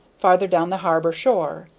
farther down the harbor shore,